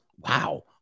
Wow